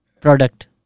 product